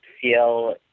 feel